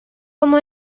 como